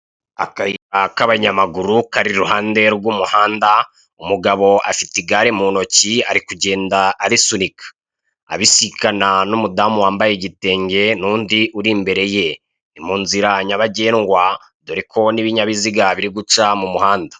Akayira k'abanyamaguru kari iruhande rw'umuhanda. Umugabo afite igare mu ntoki, ari kugenda arisunika; abisikana n'umudamu wambaye igitenge n'undi uri imbere ye. Ni mu nzira nyabagendwa dore ko n'ibinyabiziga biri guca mu muhanda.